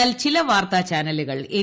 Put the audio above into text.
എന്നാൽ ചില വാർത്ത ചാനലുകൾ എൻ